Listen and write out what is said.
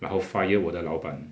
然后 fire 我的老板